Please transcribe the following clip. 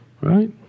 right